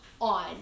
on